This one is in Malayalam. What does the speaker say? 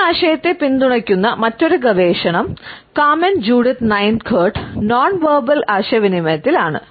ഈ ആശയത്തെ പിന്തുണയ്ക്കുന്ന മറ്റൊരു ഗവേഷണം കാർമെൻ ജൂഡിത്ത് നൈൻ കർട്ട് ആശയവിനിമയത്തിലാണ്